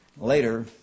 Later